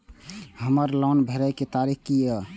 हमर लोन भरय के तारीख की ये?